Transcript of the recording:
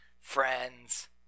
friends